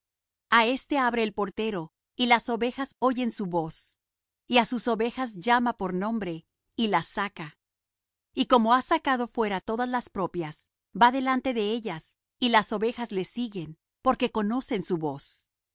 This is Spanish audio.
a éste abre el portero y las ovejas oyen su voz y á sus ovejas llama por nombre y las saca y como ha sacado fuera todas las propias va delante de ellas y las ovejas le siguen porque conocen su voz